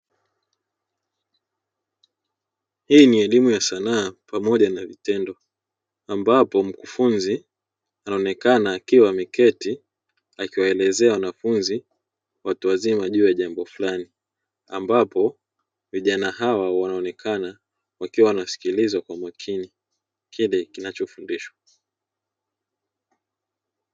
Hii ni elimu ya sanaa pamoja na vitendo ambapo mkufunzi anaonekana akiwa ameketi akiwaelezea wanafunzi watu wazima juu ya jambo fulani ambapo vijana hawa wanaonekana wakiwa wanasikilisa kwa umakini kile wanachofundishwa.